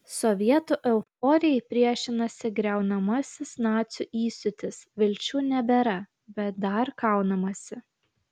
sovietų euforijai priešinasi griaunamasis nacių įsiūtis vilčių nebėra bet dar kaunamasi